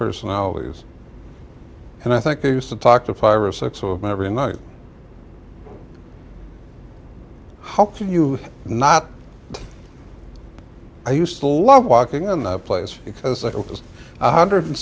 personalities and i think i used to talk to five or six of them every night how can you not i used to love walking in the place because it was a hundred